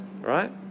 right